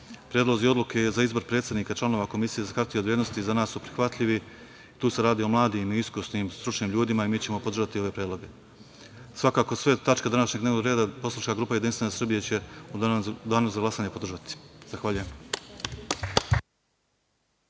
radi. Predlozi odluke za izbor predsednika članova Komisije za hartije od vrednosti za nas su prihvatljivi. Tu se radi o mladim, iskusnim stručnim ljudima i mi ćemo podržati ove predloge. Svakakao sve tačke današnjeg dnevnog reda poslanička grupa JS će u danu za glasanje podržati. Hvala.